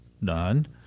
none